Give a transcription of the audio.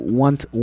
want